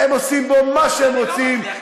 הם עושים בו מה שהם רוצים,